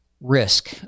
risk